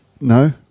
No